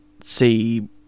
see